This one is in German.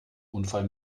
unfall